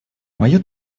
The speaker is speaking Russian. мое